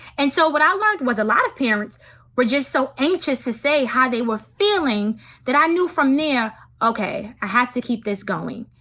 and so what i learned was a lot of parents were just so anxious to say how they were feeling that i knew from there okay, i have to keep this going.